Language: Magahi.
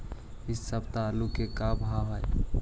इ सप्ताह आलू के का भाव है?